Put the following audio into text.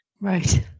Right